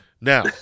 Now